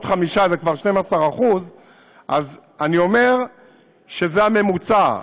5% זה כבר 12%. אני אומר שזה הממוצע.